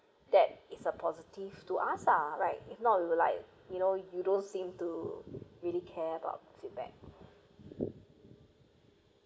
that is a positive to us lah right if not you're like you know you don't seem to really care about feedback